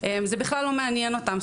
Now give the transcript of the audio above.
זה בכלל לא מעניין אותם,